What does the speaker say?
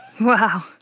Wow